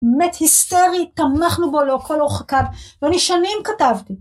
אמת היסטרית, תמכנו בו, לכל אורך הקו, ואני שנים כתבתי.